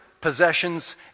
possessions